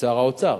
שר האוצר.